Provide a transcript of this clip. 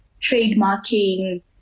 trademarking